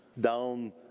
down